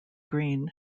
green